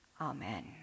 Amen